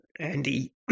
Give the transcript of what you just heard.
Andy